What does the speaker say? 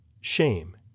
shame